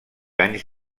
anys